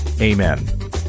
Amen